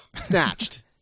Snatched